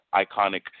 iconic